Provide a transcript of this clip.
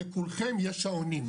לכולכם יש שעונים,